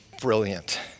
brilliant